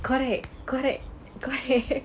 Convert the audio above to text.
correct correct correct